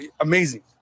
Amazing